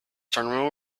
terminal